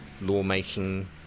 lawmaking